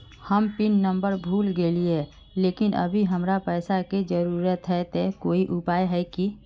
हम pin number भूल गेलिये लेकिन अभी हमरा पैसा के जरुरत है ते कोई उपाय है की?